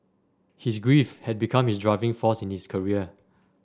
his grief had become his driving force in his career